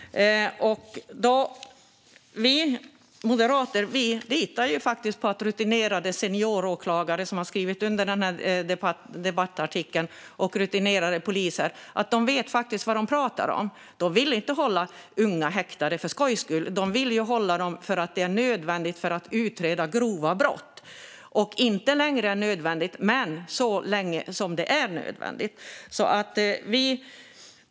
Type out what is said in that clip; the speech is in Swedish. Vi moderater litar på att de rutinerade senioråklagare och poliser som har skrivit under debattartikeln faktiskt vet vad de pratar om. De vill inte hålla unga häktade för skojs skull utan därför att det är nödvändigt för att utreda grova brott. Det ska inte vara längre än nödvändigt, men det ska vara så länge som är nödvändigt.